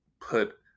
put